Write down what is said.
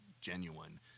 genuine